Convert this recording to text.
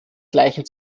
gleichen